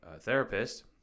therapist